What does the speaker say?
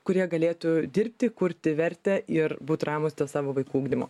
kurie galėtų dirbti kurti vertę ir būt ramūs dėl savo vaikų ugdymo